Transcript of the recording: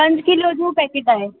पंज किलो जो पैकेट आहे